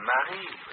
Marie